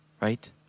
right